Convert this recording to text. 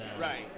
Right